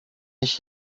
ich